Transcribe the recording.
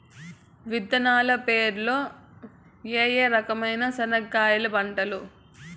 విత్తనాలు పేర్లు ఏ రకమైన చెనక్కాయలు పంటలు?